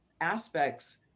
aspects